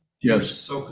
yes